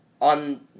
on